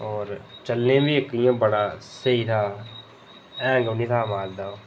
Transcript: चलने गी बी इं'या बड़ा स्हेई था हैंग निहां मारदा ओह्